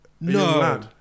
No